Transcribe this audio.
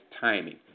timing